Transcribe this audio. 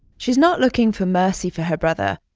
she's not looking for mercy for her brother.